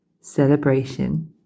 celebration